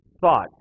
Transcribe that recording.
thought